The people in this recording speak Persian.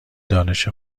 دانش